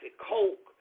Coke